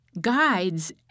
guides